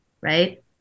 right